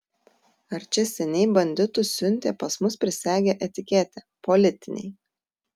ar čia seniai banditus siuntė pas mus prisegę etiketę politiniai